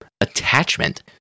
Attachment